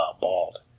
bald